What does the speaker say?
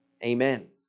Amen